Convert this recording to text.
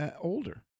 older